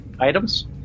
items